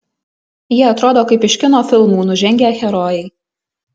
jie atrodo kaip iš kino filmų nužengę herojai